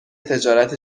تجارت